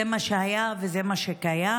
זה מה שהיה וזה מה שקיים.